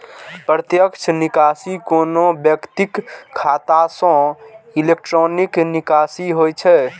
प्रत्यक्ष निकासी कोनो व्यक्तिक खाता सं इलेक्ट्रॉनिक निकासी होइ छै